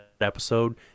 episode